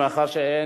מאחר שאין,